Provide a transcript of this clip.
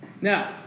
Now